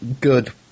good